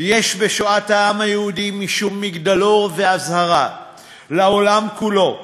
יש בשואת העם היהודי משום מגדלור ואזהרה לעולם כולו,